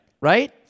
right